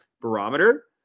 barometer